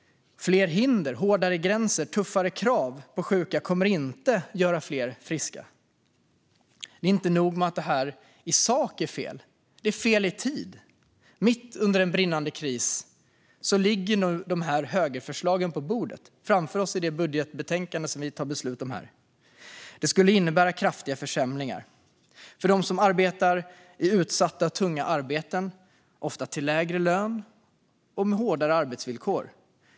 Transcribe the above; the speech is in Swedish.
Fler hinder, hårdare gränser och tuffare krav på sjuka kommer inte att göra fler friska. Det är inte nog med att det är fel i sak. Det är också fel i tid. Mitt under en brinnande kris ligger nu dessa högerförslag på bordet framför oss i det budgetbetänkande som vi ska fatta beslut om här. Det skulle innebära kraftiga försämringar. Det skulle drabba dem som arbetar i utsatta och tunga arbeten, ofta till lägre lön och med hårdare arbetsvillkor.